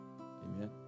Amen